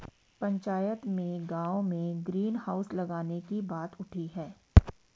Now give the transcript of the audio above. पंचायत में गांव में ग्रीन हाउस लगाने की बात उठी हैं